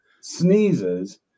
sneezes